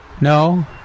No